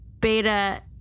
Beta